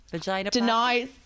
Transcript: denies